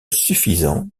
suffisant